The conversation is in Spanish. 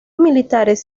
militares